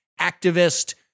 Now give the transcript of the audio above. activist